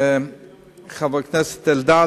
חבר הכנסת אלדד,